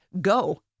go